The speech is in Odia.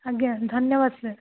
ଆଜ୍ଞା ଧନ୍ୟବାଦ୍ ସାର୍